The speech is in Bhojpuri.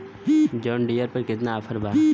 जॉन डियर पर केतना ऑफर बा?